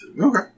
Okay